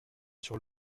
sur